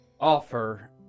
offer